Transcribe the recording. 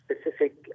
specific